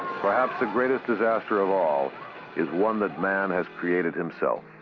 perhaps the greatest disaster of all is one that man has created himself.